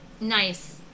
Nice